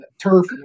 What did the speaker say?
turf